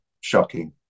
shocking